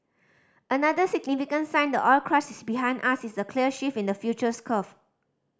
another significant sign the oil crash is behind us is the clear shift in the futures curve